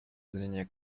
зрения